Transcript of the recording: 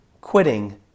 quitting